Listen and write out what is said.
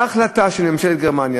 בהחלטה של ממשלת גרמניה,